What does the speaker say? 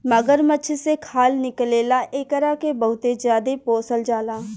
मगरमच्छ से खाल निकले ला एकरा के बहुते ज्यादे पोसल जाला